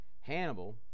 Hannibal